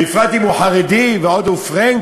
בפרט אם הוא חרדי, ועוד הוא "פרענק"?